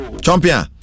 Champion